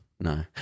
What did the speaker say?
No